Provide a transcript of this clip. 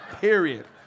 Period